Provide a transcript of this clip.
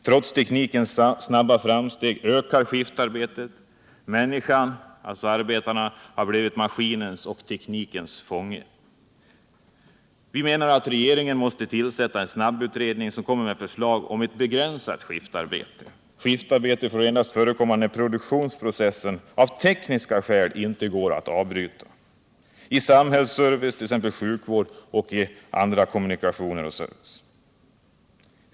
Trots teknikens snabba framsteg ökar skiftarbetet. Människan, alltså arbetaren, har blivit maskinens och teknikens fånge. Vi menar att regeringen måste tillsätta en snabbutredning som skall komma med förslag om ett begränsat skiftarbete. Skiftarbete får endast förekomma när produktionsprocessen av tekniska skäl inte går att avbryta, t.ex. när det gäller samhällets service och annan service.